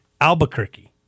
Albuquerque